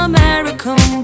American